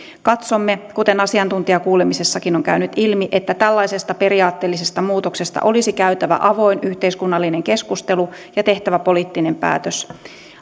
katsomme kuten asiantuntijakuulemisessakin on käynyt ilmi että tällaisesta periaatteellisesta muutoksesta olisi käytävä avoin yhteiskunnallinen keskustelu ja tehtävä poliittinen päätös